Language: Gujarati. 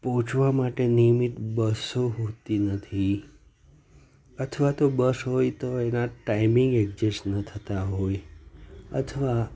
પહોંચવા માટે નિયમિત બસો હોતી નથી અથવા તો બસ હોય તો એનાં ટાઈમીંગ એક્જેસ ન થતાં હોય અથવા